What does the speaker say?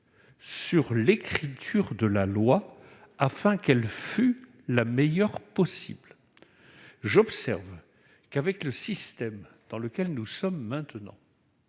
sur l'écriture de la loi afin qu'elle fût la meilleure possible. J'observe que, avec le système dans lequel nous sommes maintenant